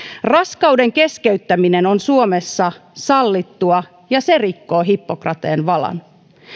raskauden keskeyttäminen on suomessa sallittua ja se rikkoo hippokrateen valan